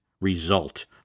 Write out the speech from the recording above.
result